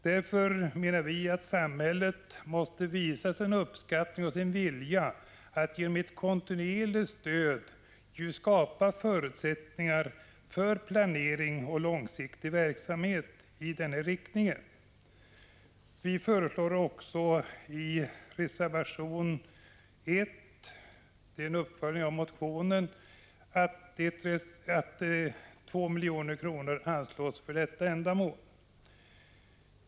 Därför måste samhället visa sin uppskattning och sin vilja genom att med ett kontinuerligt stöd skapa förutsättningar för planering och långsiktig verksamhet i denna riktning. Vi föreslår i reservation nr 1, som är en uppföljning av motionen, att 2 milj.kr. anslås för detta ändamål.